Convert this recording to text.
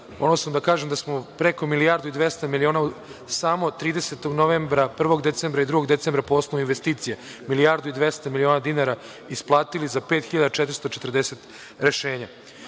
ponosom da kažem je da smo preko milijardu i 200 miliona samo 30. novembra, 1. decembra i 2. decembra po osnovu investicija milijardu i 200 miliona dinara isplatili za 5.440 rešenja. Ono